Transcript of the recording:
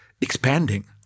expanding